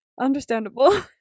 understandable